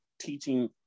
teaching